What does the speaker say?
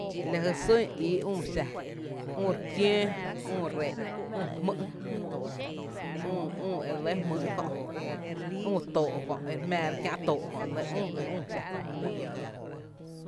La jy sún ii üü xa: üü re kiöö, üü rree’, üü jmý’, üü e re lɇ jmýý’ kö’, üü too’ kö’, e re jmⱥⱥ ra kiä’ too’ kö’ e re lɇ üü jy üü xa, la nɇ ba ‘nɇɇ’ re lɇ.